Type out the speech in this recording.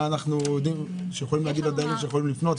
מה אנחנו יכולים להגיד לדיירים שיכולים לפנות.